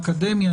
האקדמיה,